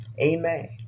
Amen